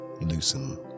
loosen